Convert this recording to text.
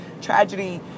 tragedy